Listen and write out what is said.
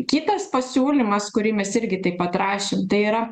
kitas pasiūlymas kurį mes irgi taip pat rašėm tai yra